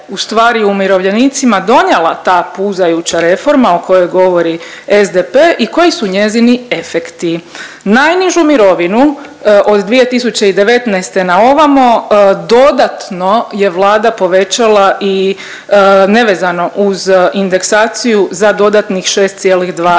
ustvari umirovljenicima donijela ta puzajuća reforma o kojoj govori SDP i koji su njezini efekti. Najnižu mirovinu od 2019. na ovamo dodatno je vlada povećala i nevezano uz indeksaciju za dodatnih 6,2%.